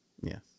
yes